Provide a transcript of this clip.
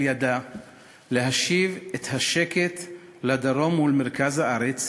ידה להשיב את השקט לדרום ולמרכז הארץ,